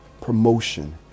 promotion